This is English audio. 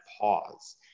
pause